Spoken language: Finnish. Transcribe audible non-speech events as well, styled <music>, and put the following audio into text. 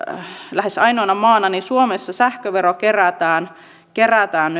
lähes ainoana maana suomessa sähkövero kerätään kerätään <unintelligible>